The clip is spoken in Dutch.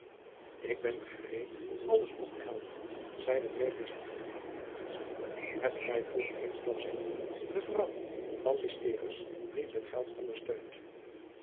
ik ben gereed alles op te helderen zeide frederik hendrik hebt gij vroeg eensklaps zijn broeder de vrouw van bysterus niet met geld ondersteund